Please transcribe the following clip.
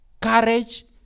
Courage